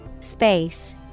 Space